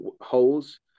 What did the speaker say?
holes